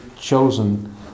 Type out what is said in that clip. chosen